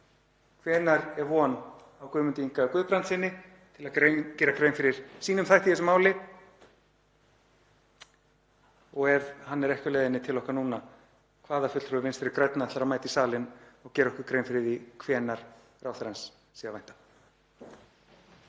Hvenær er von á Guðmundi Inga Guðbrandssyni til að gera grein fyrir sínum þætti í þessu máli og ef hann er ekki á leiðinni til okkar núna, hvaða fulltrúi Vinstri grænna ætlar að mæta í salinn og gera okkur grein fyrir því hvenær ráðherrans sé að vænta?